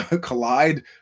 collide